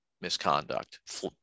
misconduct